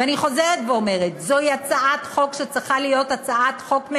ואני חוזרת ואומרת: זוהי הצעת חוק שצריכה להיות ממשלתית,